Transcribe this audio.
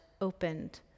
opened